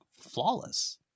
flawless